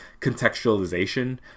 contextualization